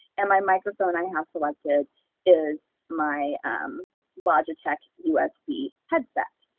and my microphone i have selected is my um logitech usb headset,